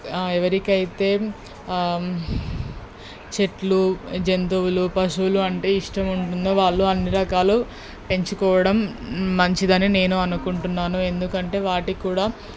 ఎవరికైతే చెట్లు జంతువులు పశువులు అంటే ఇష్టముంటుందో వాళ్ళు అన్ని రకాలు పెంచుకోవడం మంచిదని నేను అనుకుంటున్నాను ఎందుకంటే వాటికి కూడా